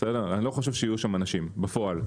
אני לא חושב שיהיו שם אנשים בפועל,